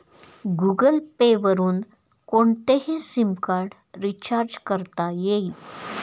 Google Pay वरुन कोणतेही SIM card recharge करता येईल